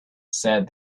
said